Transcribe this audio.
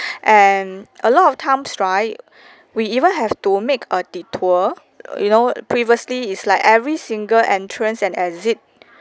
and a lot of times right we even have to make a detour you know previously is like every single entrance and exit